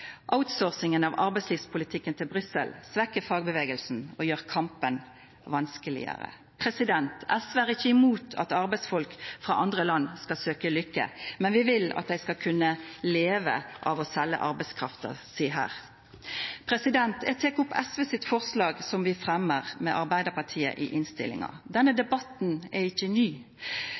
Outsourcingen av arbeidslivspolitikken til Brussel svekker fagbevegelsen og gjør kampen vanskeligere.» SV er ikkje imot at arbeidsfolk frå andre land skal søkja lykke, men vi vil at dei skal kunna leva av å selja arbeidskrafta si her. Denne debatten er ikkje ny. Denne debatten er likevel grunnleggjande viktig for kva slags samfunn vi